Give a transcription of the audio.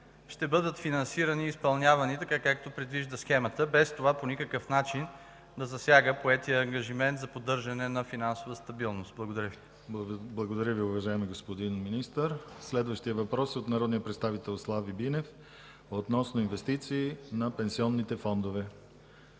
ще бъдат финансирани и изпълнявани така, както предвижда схемата, без това по никакъв начин да засяга поетия ангажимент за поддържане на финансова стабилност. Благодаря Ви. ПРЕДСЕДАТЕЛ ДИМИТЪР ГЛАВЧЕВ: Благодаря Ви, уважаеми господин Министър. Следващият въпрос е от народния представител Слави Бинев относно инвестиции на пенсионните фондове.